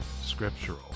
scriptural